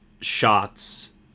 shots